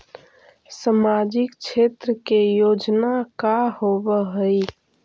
सामाजिक क्षेत्र के योजना का होव हइ?